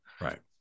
Right